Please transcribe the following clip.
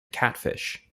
catfish